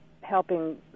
helping